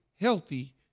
healthy